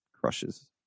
crushes